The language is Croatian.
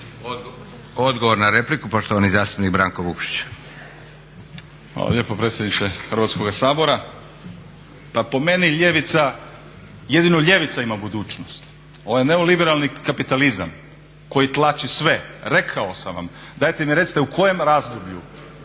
Odgovor na repliku poštovani zastupnik Branko Vukšić. **Vukšić, Branko (Nezavisni)** Hvala lijepo predsjedniče Hrvatskoga sabora. Pa po meni jedino ljevica ima budućnost. Ovo je neoliberalni kapitalizam koji tlači sve. Rekao sam vam dajte mi recite u kojem razdoblju